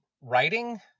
writing